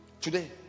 today